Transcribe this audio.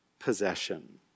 possession